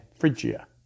Phrygia